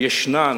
ישנן